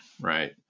right